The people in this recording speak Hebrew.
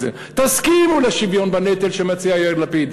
זה: תסכימו לשוויון בנטל שמציע יאיר לפיד,